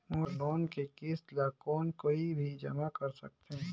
मोर loan के किस्त ल कौन कोई भी जमा कर सकथे?